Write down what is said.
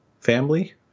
family